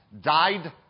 died